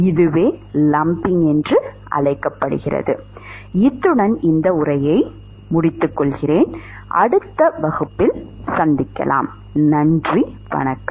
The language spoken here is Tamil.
இதுவே லம்ம்பிங் என்று அழைக்கப்படுகிறது